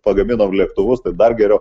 pagaminom lėktuvus tai dar geriau